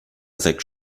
sechs